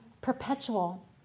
perpetual